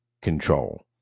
Control